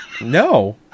no